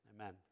Amen